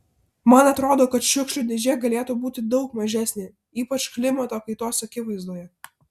man atrodo kad šiukšlių dėžė galėtų būti daug mažesnė ypač klimato kaitos akivaizdoje